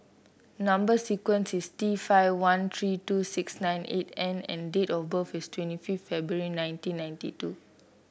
number sequence is T five one three two six nine eight N and date of birth is twenty five February nineteen ninety two